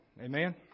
Amen